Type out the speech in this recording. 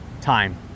time